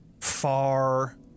far